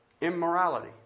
immorality